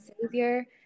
savior